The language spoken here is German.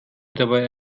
dabei